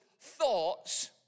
thoughts